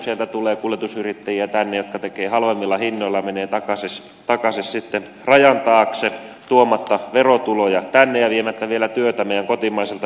sieltä tulee kuljetusyrittäjiä tänne jotka tekevät halvemmilla hinnoilla menevät takaisin sitten rajan taakse tuomatta verotuloja tänne ja vievät vielä työtä meidän kotimaisilta yrittäjiltämme